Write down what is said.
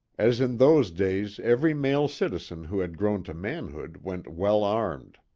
as in those days every male citizen who had grown to manhood, went well armed.